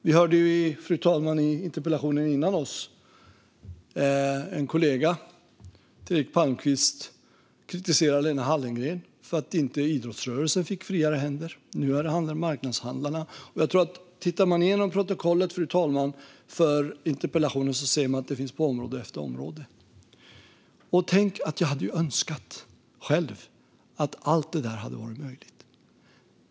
Vi hörde, fru talman, i en tidigare interpellation en kollega till Eric Palmqvist kritisera Lena Hallengren för att inte idrottsrörelsen fick friare händer. Nu handlar det om marknadshandlarna, och jag tror att om man tittar igenom protokollet för interpellationerna, fru talman, så ser man detta på område efter område. Jag hade själv önskat att allt det där hade varit möjligt.